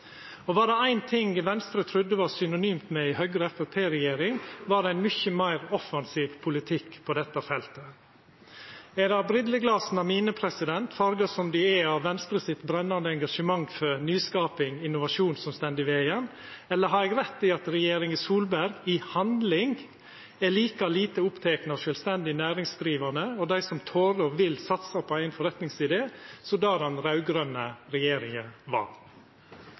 Var det éin ting Venstre trudde var synonymt med ei Høgre–Framstegsparti-regjering, var det ein mykje meir offensiv politikk på dette feltet. Er det brilleglasa mine, farga som dei er av Venstre sitt brennande engasjement for nyskaping og innovasjon, som står i vegen, eller har eg rett i at regjeringa Solberg i handling er like lite oppteken av sjølvstendig næringsdrivande og dei som torer og vil satsa på ein forretningsidé, som det den raud-grøne regjeringa var?